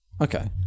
okay